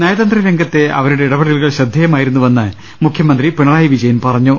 നയതന്ത്ര രംഗത്തെ അവരുടെ ഇടപെടലുകൾ ശ്രദ്ധേയമായിരുന്നുവെന്ന് മുഖ്യമന്ത്രി പിണറായി വിജയൻ പറഞ്ഞു